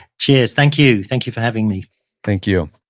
cheers. thank you. thank you for having me thank you.